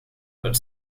but